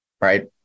right